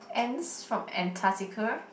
ants from Antarctica